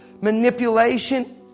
manipulation